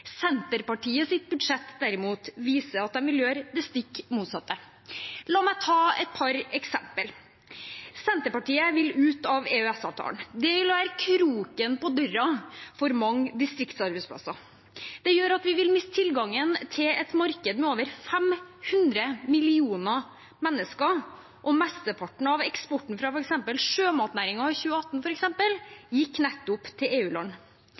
Senterpartiet vil ut av EØS-avtalen. Det vil være kroken på døren for mange distriktsarbeidsplasser. Det gjør at vi vil miste tilgangen til et marked med over 500 millioner mennesker, og i 2018 gikk f.eks. mesteparten av eksporten fra sjømatnæringen til nettopp EU-land. Det å strupe markedstilgangen for den næringen vil åpenbart ikke gjøre Norge mindre oljeavhengig, som representanten Slagsvold Vedum i